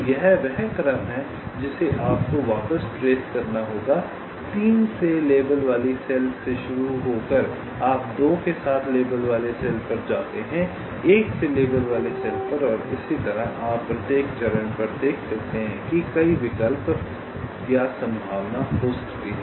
तो यह वह क्रम है जिसे आपको वापस ट्रेस करना होगा 3 से लेबल वाली सेल से शुरू होकर आप 2 के साथ लेबल वाले सेल पर जाते हैं 1 से लेबल वाले सेल पर और इसी तरह आप प्रत्येक चरण पर देख सकते हैं कि कई विकल्प या संभावना हो सकती है